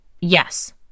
yes